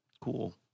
cool